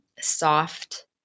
soft